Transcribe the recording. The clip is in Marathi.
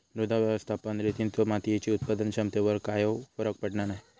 मृदा व्यवस्थापन रितींचो मातीयेच्या उत्पादन क्षमतेवर कायव फरक पडना नाय